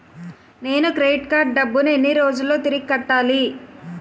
నేను credit card డబ్బును ఎన్ని రోజుల్లో తిరిగి కట్టాలి?